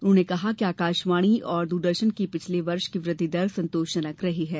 उन्होंने कहा कि आकाशवाणी और दूरदर्शन की पिछले वर्ष की वृद्धि दर संतोषजनक रही है